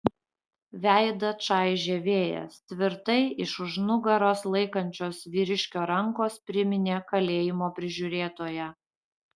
veidą čaižė vėjas tvirtai iš už nugaros laikančios vyriškio rankos priminė kalėjimo prižiūrėtoją